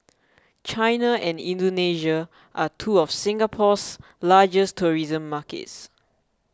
China and Indonesia are two of Singapore's largest tourism markets